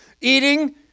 eating